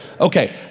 Okay